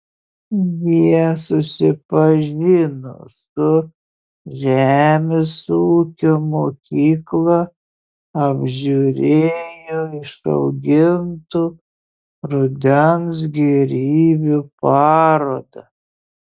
jie susipažino su žemės ūkio mokykla apžiūrėjo išaugintų rudens gėrybių parodą